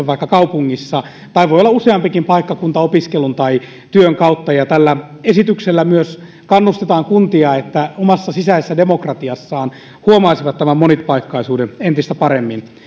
vaikka kaupungissa tai voi olla useampikin paikkakunta opiskelun tai työn kautta tällä esityksellä myös kannustetaan kuntia että ne omassa sisäisessä demokratiassaan huomaisivat tämän monipaikkaisuuden entistä paremmin